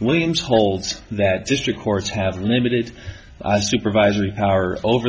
williams holds that district courts have limited supervisory power over